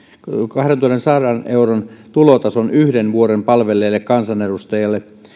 kahdentuhannensadan euron tulotason yhden vuoden palvelleelle kansanedustajalle